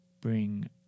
bring